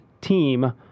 team